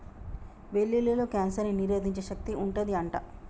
వెల్లుల్లిలో కాన్సర్ ని నిరోధించే శక్తి వుంటది అంట